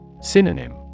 Synonym